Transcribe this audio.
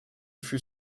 fut